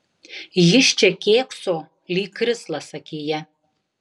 jis čia kėkso lyg krislas akyje